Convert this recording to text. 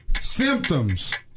Symptoms